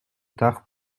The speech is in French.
tard